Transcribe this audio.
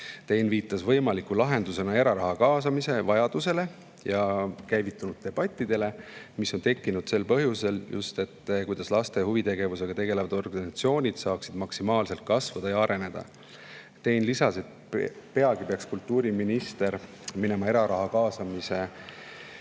Tein viitas võimaliku lahendusena eraraha kaasamisele ja käivitunud debattidele, mis on tekkinud just sel põhjusel, et [leida võimalusi selleks,] et laste huvitegevusega tegelevad organisatsioonid saaksid maksimaalselt kasvada ja areneda. Tein lisas, et peagi peaks kultuuriminister minema eraraha kaasamise